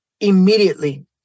immediately